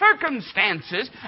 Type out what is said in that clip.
circumstances